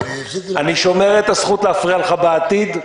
אני שומר לעצמי את הזכות להפריע לך בעתיד.